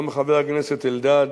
גם חבר הכנסת אלדד,